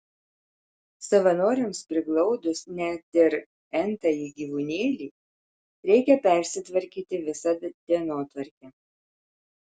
savanoriams priglaudus net ir n tąjį gyvūnėlį reikia persitvarkyti visą dienotvarkę